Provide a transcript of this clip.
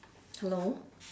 hello